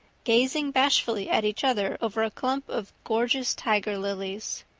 gazing bashfully at each other over a clump of gorgeous tiger lilies.